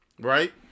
Right